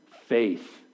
faith